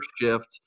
shift